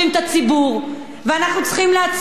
ואנחנו צריכים לספור אותם,